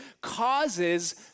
causes